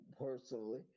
personally